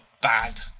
bad